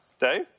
Dave